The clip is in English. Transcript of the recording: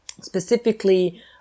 specifically